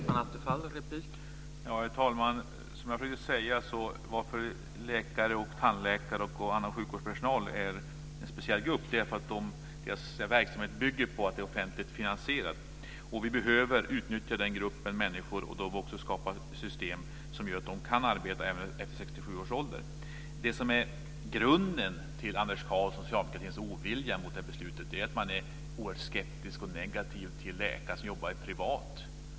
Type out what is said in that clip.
Herr talman! Som jag försökte säga är läkare, tandläkare och annan sjukvårdspersonal en speciell grupp därför att deras verksamhet bygger på att det är offentligt finansierad. Vi behöver utnyttja den gruppen människor och också skapa system som gör att de kan arbeta även efter 67 års ålder. Det som är grunden till Anders Karlssons och socialdemokraternas ovilja mot beslutet är att man är oerhört skeptisk och negativ till läkare som jobbar privat.